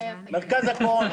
מרכז הקורונה